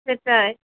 সেটাই